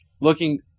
looking